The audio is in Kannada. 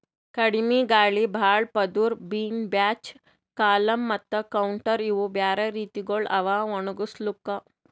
ಕಡಿಮಿ ಗಾಳಿ, ಭಾಳ ಪದುರ್, ಬಿನ್ ಬ್ಯಾಚ್, ಕಾಲಮ್ ಮತ್ತ ಕೌಂಟರ್ ಇವು ಬ್ಯಾರೆ ರೀತಿಗೊಳ್ ಅವಾ ಒಣುಗುಸ್ಲುಕ್